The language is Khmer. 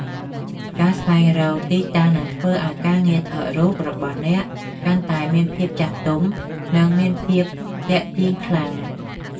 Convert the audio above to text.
ការស្វែងរកទីតាំងនឹងធ្វើឱ្យការងារថតរូបរបស់អ្នកកាន់តែមានភាពចាស់ទុំ និងមានភាពទាក់ទាញខ្លាំង។